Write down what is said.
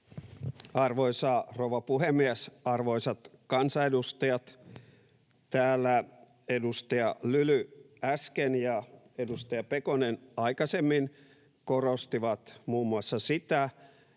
Arvoisa rouva puhemies! Arvoisat kansanedustajat! Täällä edustaja Lyly äsken ja edustaja Pekonen aikaisemmin korostivat muun muassa sitä,